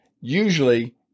usually